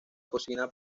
cocina